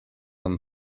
him